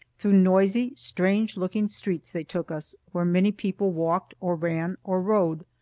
through noisy, strange looking streets they took us, where many people walked or ran or rode.